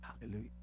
Hallelujah